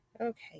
Okay